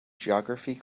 geography